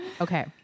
Okay